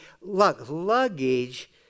luggage